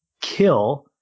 kill